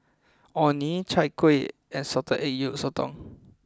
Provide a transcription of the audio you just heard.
Orh Nee Chai Kueh and Salted Egg Yolk Sotong